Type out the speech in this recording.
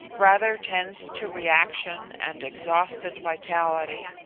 rather tends to reaction and exhausted vitality.